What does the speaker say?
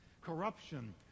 Corruption